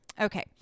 Okay